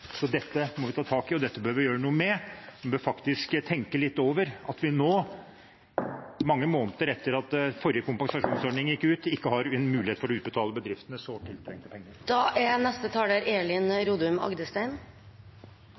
Dette må vi ta tak i, og dette bør vi gjøre noe med. En bør faktisk tenke litt over at vi nå, mange måneder etter at forrige kompensasjonsordning gikk ut, ikke har mulighet til å utbetale sårt tiltrengte penger